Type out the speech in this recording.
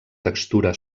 textura